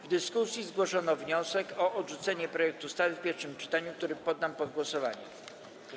W dyskusji zgłoszono wniosek o odrzucenie projektu ustawy w pierwszym czytaniu, który poddam pod głosowanie.